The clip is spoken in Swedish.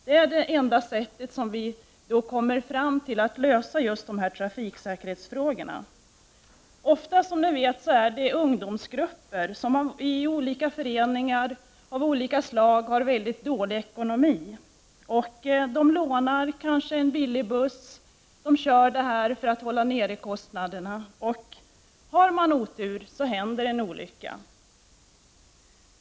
Det är det enda sätt på vilket vi kan lösa trafiksäkerhetsfrågorna på detta område. Det är som bekant ofta så att ungdomsgrupper i föreningar av olika slag med dålig ekonomi lånar en billig buss och kör den själv för att hålla kostnaderna nere. Har man otur händer då en olycka.